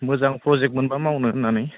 मोजां प्र'जेक्ट मोनबा मावनो होननानै